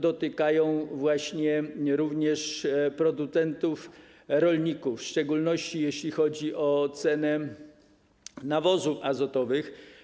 Dotykają one również producentów, rolników, w szczególności jeśli chodzi o cenę nawozów azotowych.